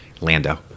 Lando